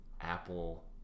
apple